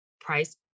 price